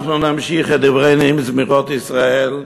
אנחנו נמשיך את דברי נעים זמירות ישראל,